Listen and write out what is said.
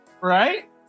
right